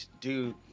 dude